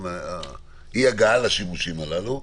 אי-הגעה לשימושים הללו.